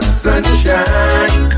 sunshine